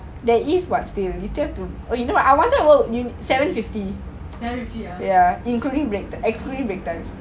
seven fifty ah